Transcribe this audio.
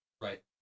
right